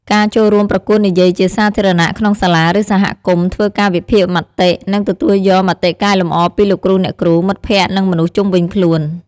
ការចូលរួមប្រកួតនិយាយជាសាធារណៈក្នុងសាលា ឬសហគមន៍ ធ្វើការវិភាគមតិ និងទទួលយកមតិកែលម្អពីលោកគ្រូអ្នកគ្រូ មិត្តភក្តិ និងមនុស្សជុំវិញខ្លួន។